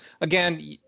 Again